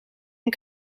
een